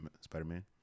Spider-Man